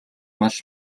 мал